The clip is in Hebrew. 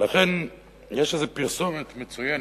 ולכן יש איזה פרסומת מצוינת,